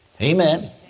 Amen